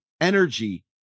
energy